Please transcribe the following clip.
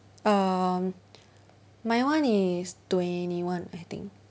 um my one is twenty one I think